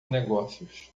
negócios